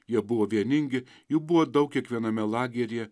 jie buvo vieningi jų buvo daug kiekviename lageryje